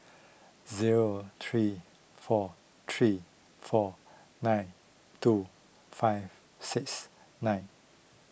zero three four three four nine two five six nine